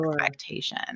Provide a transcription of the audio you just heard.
expectation